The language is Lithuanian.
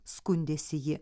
skundėsi ji